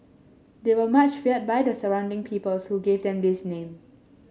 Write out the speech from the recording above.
they were much feared by the surrounding peoples who gave them this name